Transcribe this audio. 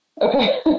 Okay